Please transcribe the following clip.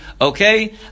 okay